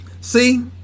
See